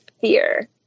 fear